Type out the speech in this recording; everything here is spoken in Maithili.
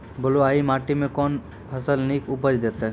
बलूआही माटि मे कून फसल नीक उपज देतै?